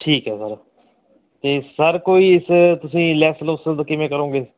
ਠੀਕ ਹੈ ਸਰ ਇਹ ਸਰ ਕੋਈ ਇਸ ਤੁਸੀਂ ਲੈਸ ਲੁਸ ਦਾ ਕਿਵੇਂ ਕਰੋਗੇ